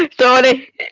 Sorry